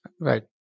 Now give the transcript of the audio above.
Right